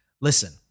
listen